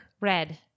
Red